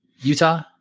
Utah